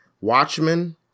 Watchmen